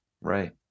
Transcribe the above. Right